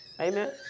Amen